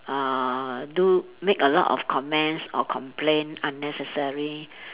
uh do make a lot of comments or complain unnecessary